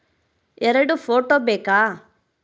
ಎರಡು ಫೋಟೋ ಬೇಕಾ?